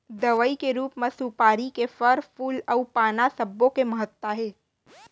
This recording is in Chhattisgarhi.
दवई के रूप म सुपारी के फर, फूल अउ पाना सब्बो के महत्ता हे